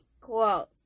Cool